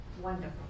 wonderful